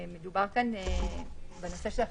מדובר כאן בנושא של החיוניות,